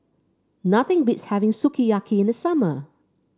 nothing beats having Sukiyaki in the summer